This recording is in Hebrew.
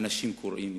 אנשים קוראים אותו.